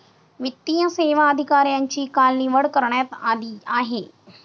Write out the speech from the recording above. वित्तीय सेवा अधिकाऱ्यांची काल निवड करण्यात आली आहे